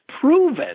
proven